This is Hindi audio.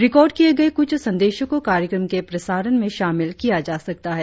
रिकॉर्ड किए गए कुछ संदेशों को कार्यक्रम के प्रसारण में शामिल किया जा सकता है